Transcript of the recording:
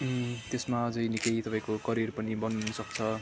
त्यसमा अझै निकै तपाईँको करियर पनि बनिनु सक्छ